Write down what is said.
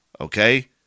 okay